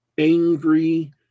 angry